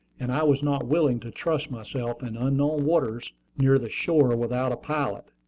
and i was not willing to trust myself in unknown waters near the shore without a pilot.